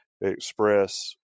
express